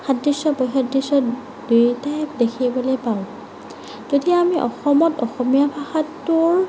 সাদৃশ্য বৈসাদৃশ্য দুয়োটাই দেখিবলৈ পাওঁ তেতিয়া আমি অসমত অসমীয়া ভাষাটোৰ